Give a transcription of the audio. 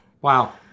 Wow